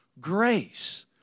grace